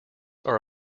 are